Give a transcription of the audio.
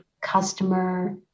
customer